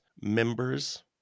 members